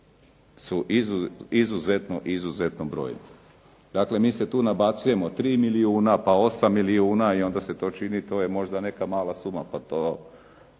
su u izuzetnom broju. Dakle, mi se tu nabacujemo 3 milijuna, pa 8 milijuna i onda se to čini to je možda neka mala suma pa to